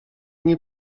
nie